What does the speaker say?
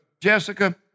Jessica